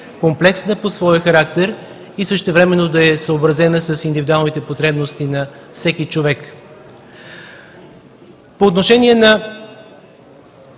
комплексна по своя характер и същевременно да е съобразена с индивидуалните потребности на всеки човек. По отношение на